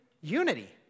unity